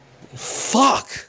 Fuck